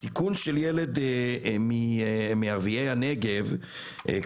הסיכון של ילד מערביי הנגב בדרום,